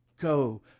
go